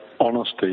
Honesty